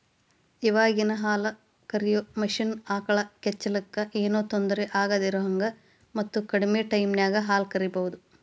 ಇವಾಗಿನ ಹಾಲ ಕರಿಯೋ ಮಷೇನ್ ಆಕಳ ಕೆಚ್ಚಲಕ್ಕ ಏನೋ ತೊಂದರೆ ಆಗದಿರೋಹಂಗ ಮತ್ತ ಕಡಿಮೆ ಟೈಮಿನ್ಯಾಗ ಹಾಲ್ ಕರಿಬಹುದು